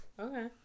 Okay